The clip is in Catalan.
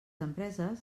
empreses